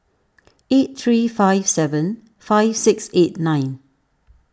eight three five seven five six eight nine